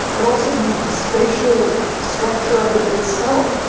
but also the spatial structure of it itself.